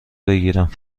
بگیرم